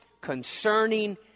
concerning